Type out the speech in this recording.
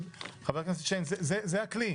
חבר הכנסת שיין זה הכלי.